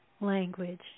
language